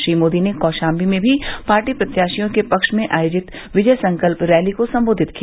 श्री मोदी ने कौशाम्बी में भी पार्टी प्रत्याशियों के पक्ष में आयोजित विजय संकल्प रैली को संबोधित किया